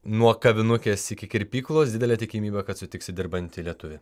nuo kavinukės iki kirpyklos didelė tikimybė kad sutiksi dirbantį lietuvį